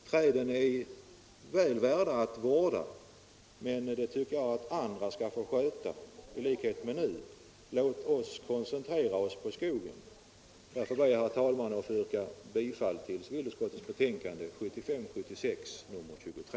Träden är väl värda att vårda, men det anser jag att andra skall få sköta — i likhet med vad fallet är nu. Låt oss koncentrera oss på skogen! Herr talman! Jag ber att få yrka bifall till utskottets hemställan i civilutskottets betänkande nr 23.